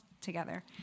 together